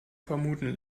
vermuten